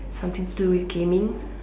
something to do with gaming